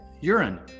urine